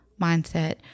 mindset